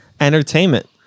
entertainment